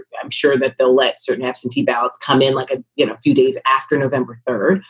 i'm sure that they'll let certain absentee ballots come in like ah in a few days after november third.